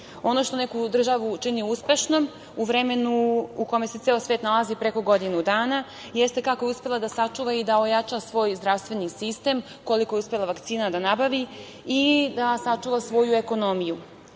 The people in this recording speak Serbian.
Ono što neku državu čini uspešnom u vremenu u kome se ceo svet nalazi preko godinu dana jeste kako je uspela da sačuva i da ojača svoj zdravstveni sistem, koliko je uspela vakcina da nabavi i da sačuva svoju ekonomiju. Srbija